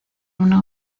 una